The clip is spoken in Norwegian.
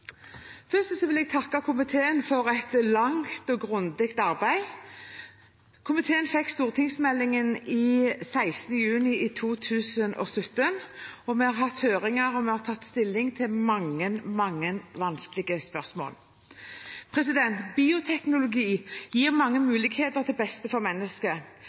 Først vil jeg takke komiteen for et langt og grundig arbeid. Komiteen fikk stortingsmeldingen den 16. juni 2017. Vi har hatt høringer, og vi har tatt stilling til mange, mange vanskelige spørsmål. Bioteknologi gir mange muligheter til beste for mennesket,